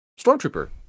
stormtrooper